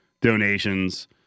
donations